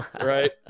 right